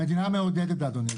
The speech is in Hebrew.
המדינה מעודדת אדוני.